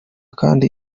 kdi